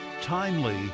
timely